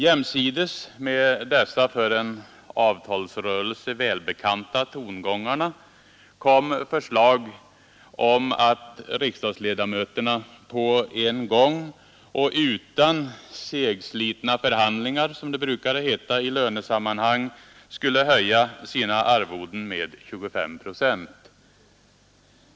Jämsides med dessa för en avtalsrörelse välbekanta tongångar kommer förslag om att riksdagsledamöterna på en gång och utan ”segslitna förhandlingar” — som det brukar heta i lönesammanhang — skulle höja sina arvoden med 25 procent.